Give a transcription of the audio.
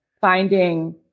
finding